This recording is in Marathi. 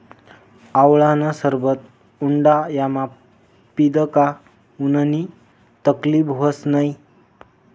आवळानं सरबत उंडायामा पीदं का उननी तकलीब व्हस नै